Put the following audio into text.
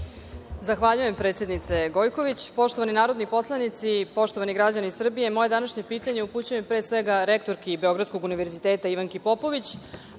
Zahvaljujem predsednice Gojković. Poštovani narodni poslanici, poštovani građani Srbije, moje današnje pitanje upućujem, pre svega rektorki Beogradskog univerziteta, Ivanki Popović,